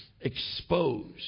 exposed